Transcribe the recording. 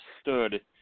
stood –